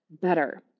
better